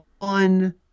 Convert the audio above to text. fun